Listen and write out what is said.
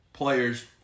Players